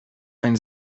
ein